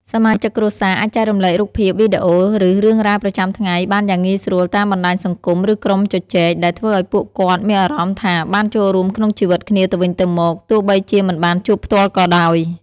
សមាជិកគ្រួសារអាចចែករំលែករូបភាព វីដេអូ ឬរឿងរ៉ាវប្រចាំថ្ងៃបានយ៉ាងងាយស្រួលតាមបណ្ដាញសង្គម ឬក្រុមជជែក ដែលធ្វើឲ្យពួកគាត់មានអារម្មណ៍ថាបានចូលរួមក្នុងជីវិតគ្នាទៅវិញទៅមក ទោះបីជាមិនបានជួបផ្ទាល់ក៏ដោយ។